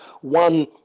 one